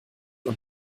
und